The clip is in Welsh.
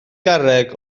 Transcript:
garreg